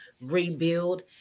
rebuild